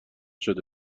شده